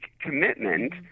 commitment